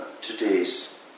Today's